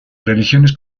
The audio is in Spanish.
religiones